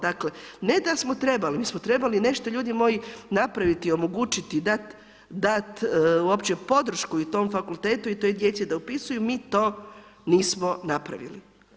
Dakle ne da smo trebali, mi smo trebali nešto ljudi moji, napraviti, omogućiti, dat uopće podršku i tom fakultetu i toj djeci da upisuju, mi to nismo napravili.